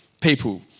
people